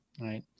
right